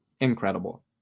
incredible